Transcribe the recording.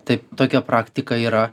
taip tokia praktika yra